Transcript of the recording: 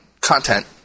content